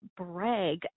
brag